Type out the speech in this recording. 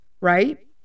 right